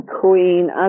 queen